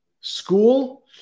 School